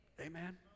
Amen